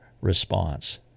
response